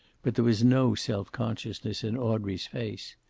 but there was no self-consciousness in audrey's face.